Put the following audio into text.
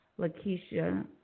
Lakeisha